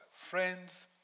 Friends